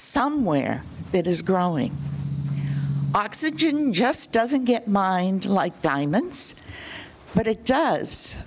somewhere that is growing oxygen just doesn't get mind like diamonds but it does